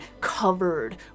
covered